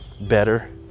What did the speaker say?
better